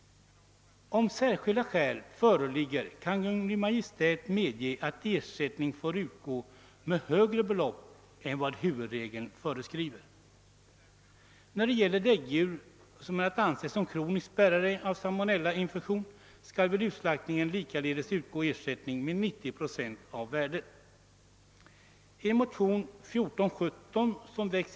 Om särskilda skäl föreligger kan Kungl. Maj:t medge att ersättning får utgå med högre belopp än vad huvudregeln föreskriver. När det gäller däggdjur som är att anse som kronisk bärare av salmonellainfektion skall vid utslaktningen likaledes utgå ersättning med 90 procent av värdet.